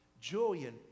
Julian